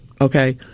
Okay